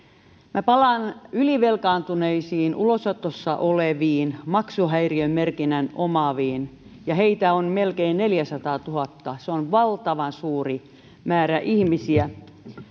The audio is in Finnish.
minä palaan ylivelkaantuneisiin ulosotossa oleviin maksuhäiriömerkinnän omaaviin heitä on melkein neljäsataatuhatta se on valtavan suuri määrä ihmisiä